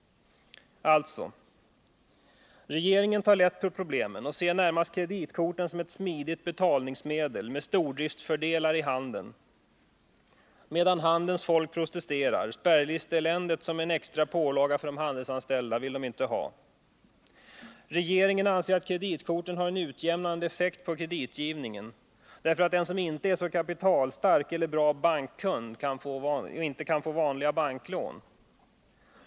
Regeringen tar alltså lätt på problemen och ser närmast kreditkorten som ett smidigt betalningsmedel med stordriftsfördelar i handeln, medan handelns folk protesterar mot spärrlisteeländet, en extra pålaga för de handelsanställda som de inte vill ha. Regeringen anser att kreditkorten har en utjämnande effekt på kreditgivningen, eftersom den som inte är så kapitalstark eller är en bra bankkund inte kan få vanliga banklån.